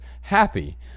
happy